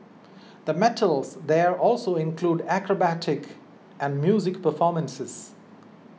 the metals there also include acrobatic and music performances